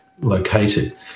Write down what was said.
located